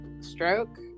stroke